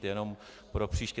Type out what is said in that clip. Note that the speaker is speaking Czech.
Jenom pro příště.